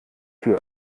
tür